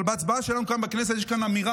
אבל בהצבעה שלנו כאן בכנסת יש אמירה,